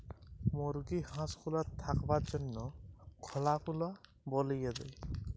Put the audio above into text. মুরগি হাঁস গুলার থাকবার জনহ খলা গুলা বলিয়ে দেয়